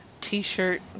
T-shirt